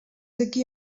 aquí